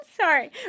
sorry